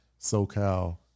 SoCal